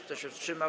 Kto się wstrzymał?